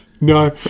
No